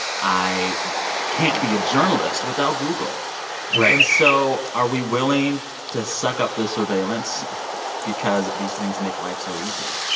i can't be a journalist without google right and so are we willing to suck up the surveillance because these things make life so easy?